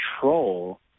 control